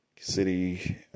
city